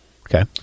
Okay